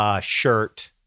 shirt